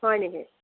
হয় নেকি